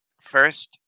first